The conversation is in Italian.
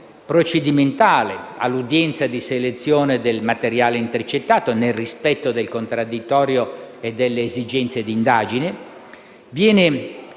procedimentale all'udienza di selezione del materiale intercettato, nel rispetto del contraddittorio e delle esigenze di indagine. Viene